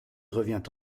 revient